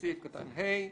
בסעיף קטן (ה),